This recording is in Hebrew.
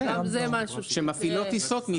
על חברות התעופה שמכווינות פעילות לצרכן הישראלי.